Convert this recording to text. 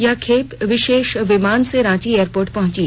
यह खेप विशेष विमान से रांची एयरपोर्ट पहुंची